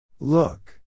look